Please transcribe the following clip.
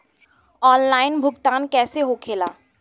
Online भुगतान कैसे होए ला?